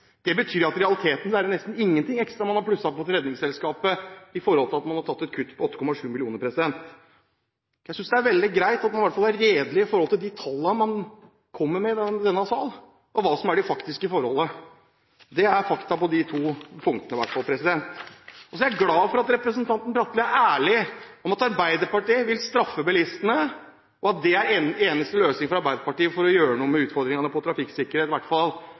Det betyr i realiteten at det nesten ikke er noe ekstra man har plusset på til Redningsselskapet, i forhold til at man har tatt et kutt på 8,7 mill. kr. Jeg synes det er veldig greit at man i alle fall er redelig når det gjelder de tallene man kommer med i denne sal, og hva som er de faktiske forholdene. Det er fakta på de to punktene. Jeg er glad for at representanten Bratli er ærlig om at Arbeiderpartiet vil straffe bilistene, og at det er den eneste løsingen fra Arbeiderpartiet for å gjøre noe med utfordringene som gjelder trafikksikkerhet. I hvert fall